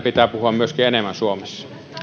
pitää puhua myöskin enemmän suomessa